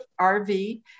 RV